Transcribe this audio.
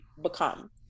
become